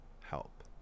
Help